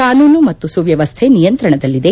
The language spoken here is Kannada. ಕಾನೂನು ಮತ್ತು ಸುವ್ಲವಸ್ಥೆ ನಿಯಂತ್ರಣದಲ್ಲಿದೆ